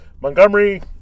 Montgomery